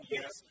Yes